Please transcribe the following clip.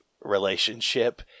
relationship